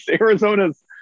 Arizona's